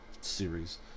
series